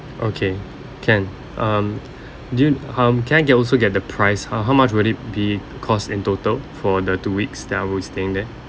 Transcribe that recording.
okay can um do you um can I get also get the price uh how much would it be cost in total for the two weeks that I'd staying there